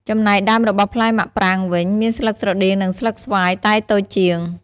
ចំណែកដើមរបស់ផ្លែមាក់ប្រាងវិញ មានស្លឹកស្រដៀងនឹងស្លឹកស្វាយតែតូចជាង។